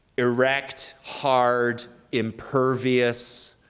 erect, hard, impervious.